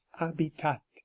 habitat